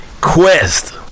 quest